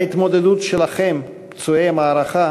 ההתמודדות שלכם, פצועי המערכה,